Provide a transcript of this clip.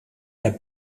der